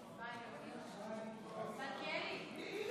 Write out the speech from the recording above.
התשפ"א 2021,